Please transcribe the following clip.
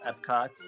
Epcot